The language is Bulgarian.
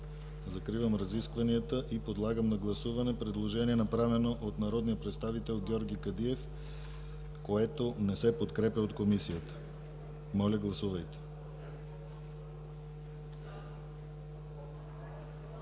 Закривам разискванията и подлагам на гласуване предложението, направено от народния представител Георги Кадиев, което не се подкрепя от Комисията. Гласували